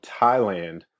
Thailand